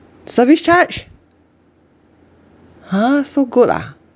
service charge !huh! so good ah